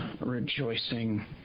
rejoicing